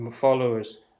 followers